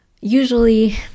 Usually